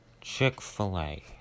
Chick-fil-a